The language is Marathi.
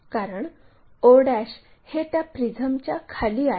कारण o हे त्या प्रिझमच्या खाली आहे